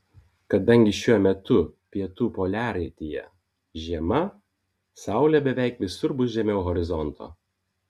kadangi šiuo metu pietų poliaratyje žiema saulė beveik visur bus žemiau horizonto